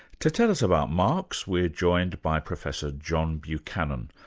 to tell us about marx, we're joined by professor john buchanan,